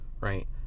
right